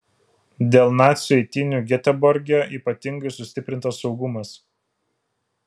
dėl nacių eitynių geteborge ypatingai sustiprintas saugumas